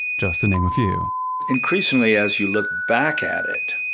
just to name a few increasingly as you look back at it,